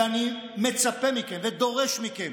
ואני מצפה מכם ודורש מכם,